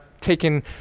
taken